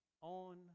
on